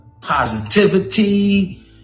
positivity